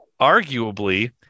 arguably